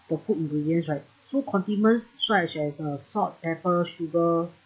the food ingredients right so condiments such as uh salt pepper sugar